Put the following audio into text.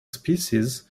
species